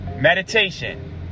Meditation